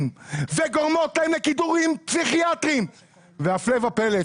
וגורמות להם לכדורים פסיכיאטריים והפלא ופלא,